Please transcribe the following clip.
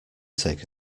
take